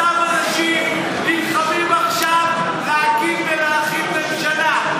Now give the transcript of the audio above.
אותם אנשים נלחמים עכשיו להקים ולהרחיב ממשלה.